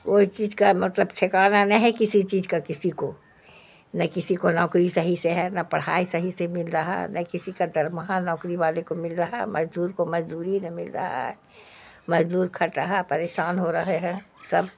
کوئی چیز کا مطلب ٹھکانا نہیں ہے کسی چیز کا کسی کو نہ کسی کو نوکری صحیح سے ہے نہ پڑھائی صحیح سے مل رہا ہے نہ کسی کا درمہا نوکری والے کو مل رہا ہے مزدور کو مزدوری نہ مل رہا ہے مزدور کھٹ رہا پریشان ہو رہے ہیں سب